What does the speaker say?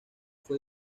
fue